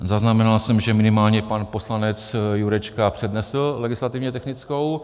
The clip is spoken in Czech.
Zaznamenal jsem, že minimálně pan poslanec Jurečka přednesl legislativně technickou.